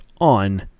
on